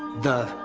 the.